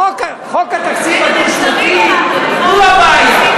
חוק התקציב הדו-שנתי, הוא הבעיה.